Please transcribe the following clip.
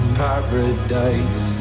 paradise